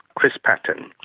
chris patten.